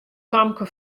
famke